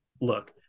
look